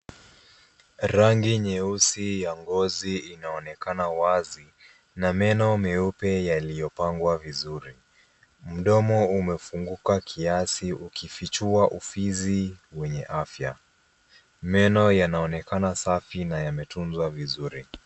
Rangi nyeusi ya ngozi imeonekana wazi na meno nyeupe yaliyopangwa vizuri, mdomo umefunguka kiac ukifichua ufizi wenye afya, meno yanaonekana safi na yametunzwa vizuri.